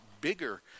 bigger